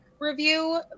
review